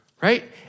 Right